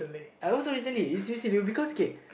I also recently it's recently because K